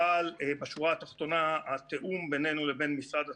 אבל בשורה התחתונה התיאום בינינו לבין משרד התפוצות,